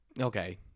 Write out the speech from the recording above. okay